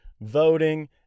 voting